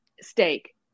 steak